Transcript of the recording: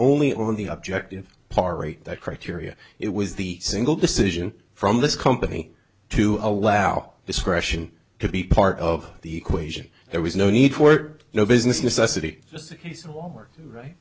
only on the objective part rate that criteria it was the single decision from this company to allow discretion could be part of the equation there was no need for no business necessity just a case of all right